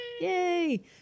Yay